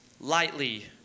Lightly